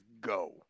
go